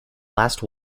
last